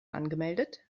angemeldet